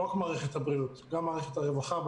ולא רק מערכת הבריאות אלא גם מערכת הרווחה.